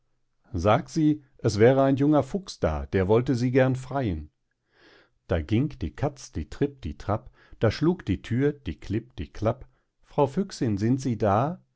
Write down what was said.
sag sie es wär ein junger fuchs da der wollte sie gern freien da ging die katz die tripp die trapp da schlug die thür die klipp die klapp frau füchsin sind sie da